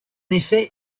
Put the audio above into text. effet